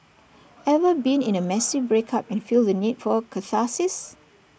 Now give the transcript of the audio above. ever been in A messy breakup and feel the need for catharsis